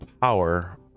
power